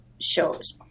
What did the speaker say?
shows